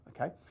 okay